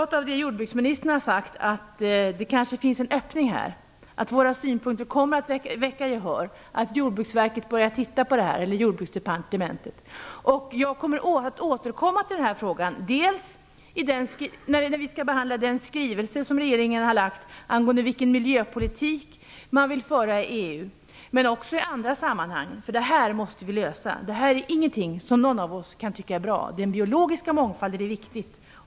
Men av det som jordbruksministern har sagt har jag förstått att det kanske finns en öppning, att våra synpunkter kanske kommer att väcka gehör, att Jordbruksdepartementet börjar titta på frågan. Jag kommer att återkomma i ärendet dels när vi skall behandla regeringens skrivelse angående vilken miljöpolitik som man vill föra i EU, dels i andra sammanhang. Denna fråga måste vi lösa. Det här är ingenting som någon av oss kan tycka är bra. Den biologiska mångfalden är viktig.